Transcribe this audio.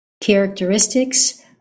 characteristics